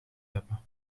hebben